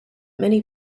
many